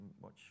watch